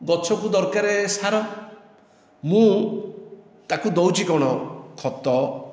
ଗଛକୁ ଦରକାର ସାର ମୁଁ ତାକୁ ଦଉଛି କ'ଣ ଖତ